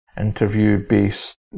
interview-based